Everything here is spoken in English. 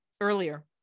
earlier